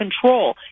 control